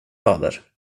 fader